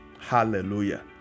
Hallelujah